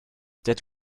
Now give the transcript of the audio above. that